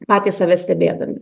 patys save stebėdami